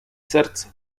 serce